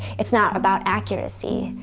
it's not about accuracy,